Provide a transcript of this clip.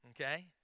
okay